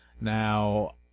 Now